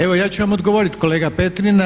Evo ja ću vam odgovoriti kolega Petrina.